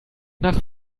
nach